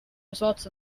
results